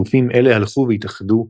גופים אלה הלכו והתאחדו,